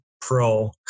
pro